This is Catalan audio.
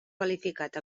qualificat